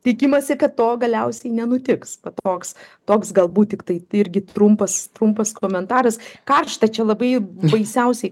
tikimasi kad to galiausiai nenutiks va toks toks galbūt tiktai irgi trumpas trumpas komentaras karšta čia labai baisiausiai